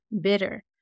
bitter